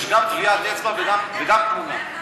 על התעודה יש גם טביעת אצבע וגם תמונה.